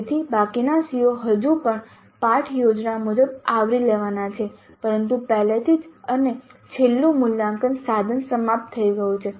તેથી બાકીના CO હજુ પાઠ યોજના મુજબ આવરી લેવાના છે પરંતુ પહેલેથી જ છેલ્લું મૂલ્યાંકન સાધન સમાપ્ત થઈ ગયું છે